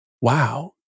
wow